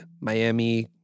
Miami